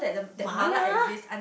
mala